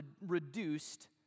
reduced